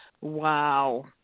Wow